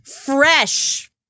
fresh